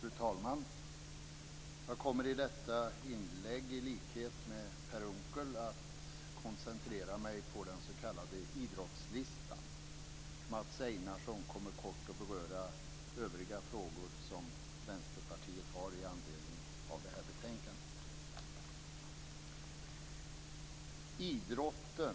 Fru talman! Jag kommer i detta inlägg i likhet med Per Unckel att koncentrera mig på den s.k. idrottslistan. Mats Einarsson kommer kort att beröra övriga frågor som Vänsterpartiet har i anledning av det här betänkandet. Idrotten